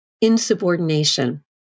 insubordination